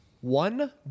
One